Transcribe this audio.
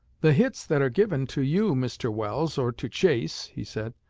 the hits that are given to you, mr. welles, or to chase he said,